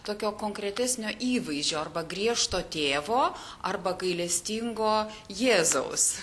tokio konkretesnio įvaizdžio arba griežto tėvo arba gailestingo jėzaus